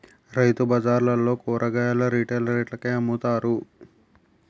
రైతుబజార్లలో కూరగాయలు రిటైల్ రేట్లకే అమ్ముతారు